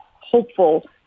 hopeful